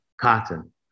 Cotton